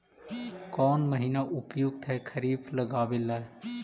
कौन महीना उपयुकत है खरिफ लगावे ला?